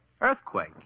Earthquake